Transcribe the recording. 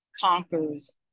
conquers